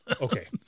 Okay